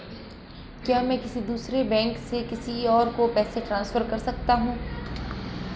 क्या मैं किसी दूसरे बैंक से किसी को पैसे ट्रांसफर कर सकता हूं?